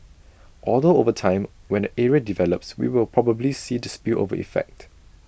although over time when the area develops we will probably see the spillover effect